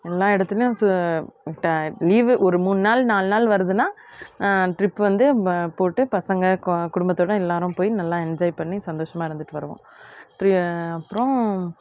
எல்லா இடத்துலையும் சு விட்ட லீவு ஒரு மூணு நாள் நாலு நாள் வருதுன்னால் ட்ரிப் வந்து போட்டு பசங்கள் க குடும்பத்தோட எல்லாரும் போய் நல்லா என்ஜாய் பண்ணி சந்தோஷமாக இருந்துட்டு வருவோம் ட்ரி அப்புறோம்